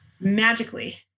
magically